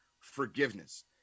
forgiveness